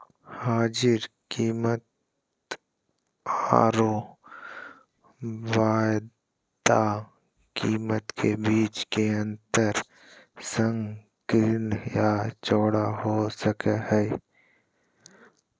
हाजिर कीमतआरो वायदा कीमत के बीच के अंतर संकीर्ण या चौड़ा हो सको हइ